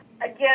Again